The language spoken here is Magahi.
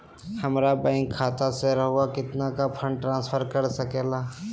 हमरा बैंक खाता से रहुआ कितना का फंड ट्रांसफर कर सके ला?